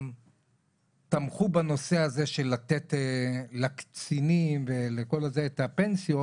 תמכו בנושא הזה של לקצינים ולכל נושא הפנסיות,